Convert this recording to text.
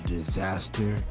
Disaster